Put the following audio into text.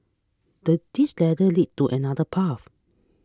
the this ladder leads to another path